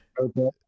Okay